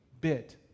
bit